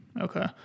Okay